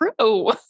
true